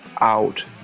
out